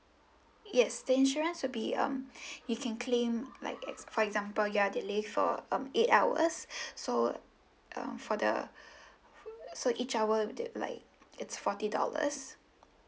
yes the insurance would be um you can claim like ex for example you are delay for um eight hours so uh for the so each hour the like it's forty dollars